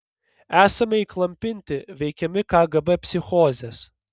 esame įklampinti veikiami kgb psichozės